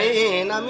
in